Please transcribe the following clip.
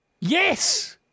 Yes